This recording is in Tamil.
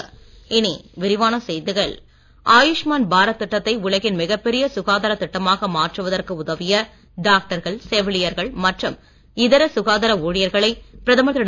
மோடி ஆயுஷ்மான் பாரத் திட்டத்தை உலகின் மிகப் பெரிய சுகாதார திட்டமாக மாற்றுவதற்கு உதவிய டாக்டர்கள் செவிலியர்கள் மற்றும் ஊழியர்களை பிரதமர் திரு